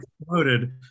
exploded